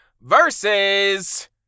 versus